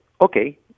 okay